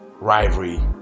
rivalry